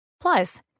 Plus